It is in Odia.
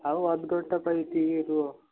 ଆଉ ଅଧଘଣ୍ଟା ପାଇଁ ଟିକେ ରୁହ